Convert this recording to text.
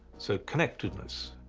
so connectedness,